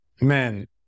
man